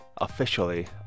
officially